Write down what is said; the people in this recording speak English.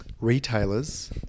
retailers